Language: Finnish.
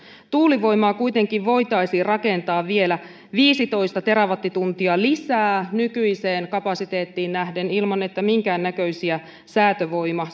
tuulivoimaa kuitenkin voitaisiin rakentaa vielä viisitoista terawattituntia lisää nykyiseen kapasiteettiin nähden ilman että minkäännäköisiä säätövoima